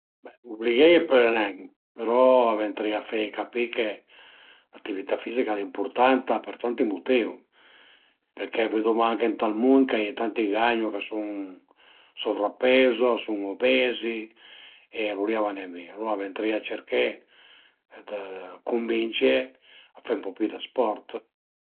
Be ubligheie pöle nen però a ventarìa feie capì che l'atività fizica al e impurtanta për tanti mutìu perché veduma anche ënt ël mund ch'a ie tanti gagnu ch'a sun sovrappezo, a sun obezi e lon li a va nen bin, alura ventarìa cerché dë cunvince a fe ën po pi dë sport